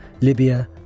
Libya